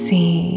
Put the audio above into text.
See